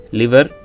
liver